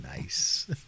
Nice